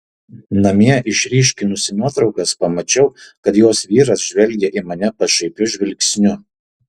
namie išryškinusi nuotraukas pamačiau kad jos vyras žvelgia į mane pašaipiu žvilgsniu